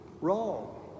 wrong